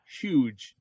huge